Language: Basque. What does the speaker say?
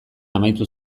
amaitu